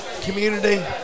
community